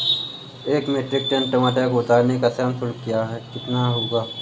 एक metric tonne टमाटर को उतारने का श्रम शुल्क कितना होगा?